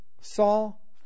Saul